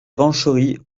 rancheries